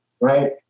right